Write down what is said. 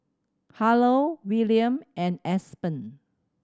Harlow Wiliam and Aspen